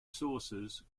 sources